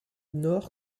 nord